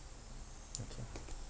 okay